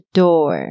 door